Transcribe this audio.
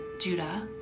Judah